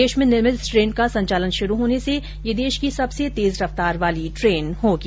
देश में निर्मित इस ट्रेन का संचालन शुरू होने से यह देश की सबसे तेज रफ्तार वाली ट्रेन होगी